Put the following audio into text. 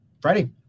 Friday